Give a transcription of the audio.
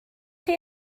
chi